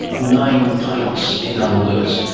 nine pints in other words?